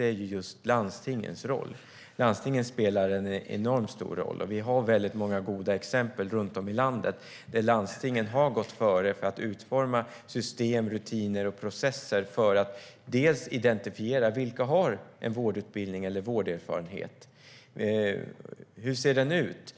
är just landstingens roll. Landstingen spelar en enormt stor roll. Det finns många väldigt goda exempel runt om i landet där landstingen har gått före för att utforma system, rutiner och processer för att identifiera vilka som har en vårdutbildning eller vårderfarenhet. Hur ser den ut?